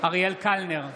אריאל קלנר,